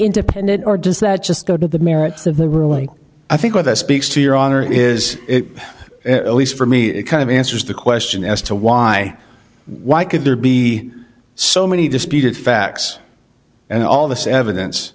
independent or does that just go to the merits of the way i think with us speaks to your honor is it least for me it kind of answers the question as to why why could there be so many disputed facts and all this evidence